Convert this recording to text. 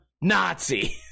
Nazi